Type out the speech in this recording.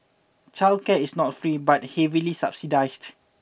childcare is not free but is heavily subsidised